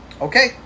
Okay